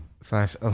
slash